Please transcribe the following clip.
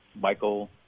Michael